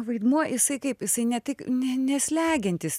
vaidmuo jisai kaip jisai ne tik ne neslegiantis